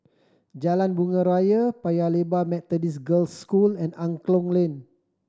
Jalan Bunga Raya Paya Lebar Methodist Girls' School and Angklong Lane